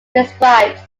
prescribed